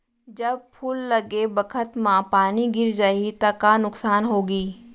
जब फूल लगे बखत म पानी गिर जाही त का नुकसान होगी?